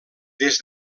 des